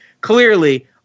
clearly